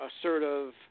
assertive